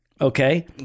Okay